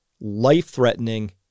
life-threatening